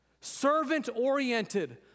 servant-oriented